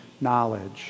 knowledge